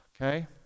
Okay